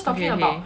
okay okay